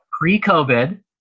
pre-COVID